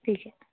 ठिके